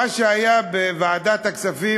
מה שהיה בוועדת הכספים,